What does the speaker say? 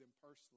personally